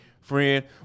friend